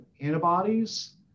antibodies